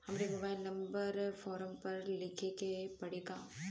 हमरो mobile number form पर लिखे के पड़ी का?